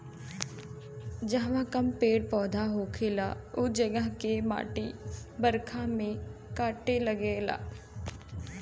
जहवा कम पेड़ पौधा होखेला उ जगह के माटी बरखा में कटे लागेला